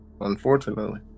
Unfortunately